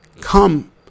Come